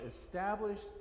established